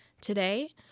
Today